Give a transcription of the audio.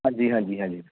ਹਾਂਜੀ ਹਾਂਜੀ ਹਾਂਜੀ